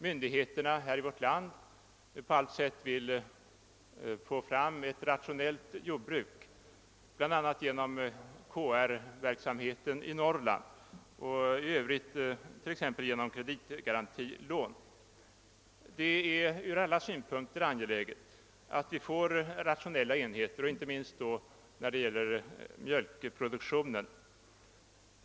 Myndigheterna i vårt land vill ju på alla sätt skapa ett rationellt jordbruk, bl.a. genom KR-verksamheten i Norrland och i övrigt genom t.ex. kreditgarantilån. Det är från alla synpunkter angeläget att vi får rationella enheter, inte minst beträffande mjölkproduktionen.